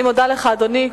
אני מודה לך, אדוני.